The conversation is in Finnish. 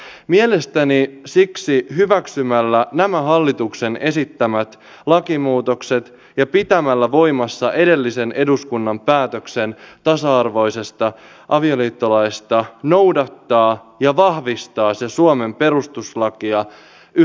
mielestäni siksi hyväksymällä nämä hallituksen esittämät lakimuutokset ja pitämällä voimassa edellisen eduskunnan päätöksen tasa arvoisesta avioliittolaista noudattaa ja vahvistaa se suomen perustuslakia yhä paremmin